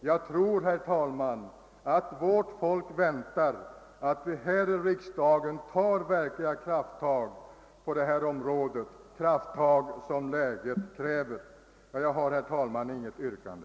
Jag tror att vårt folk väntar att vi här i riksdagen tar verkliga krafttag på detta område, sådana krafttag som läget kräver. Herr talman! Jag har inget yrkande.